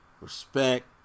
respect